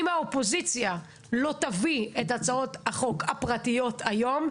אם האופוזיציה לא תביא את הצעות החוק הפרטיות היום,